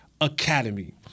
academy